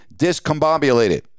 discombobulated